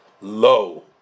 low